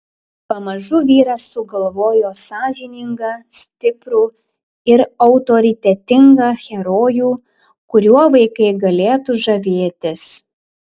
pamažu vyras sugalvojo sąžiningą stiprų ir autoritetingą herojų kuriuo vaikai galėtų žavėtis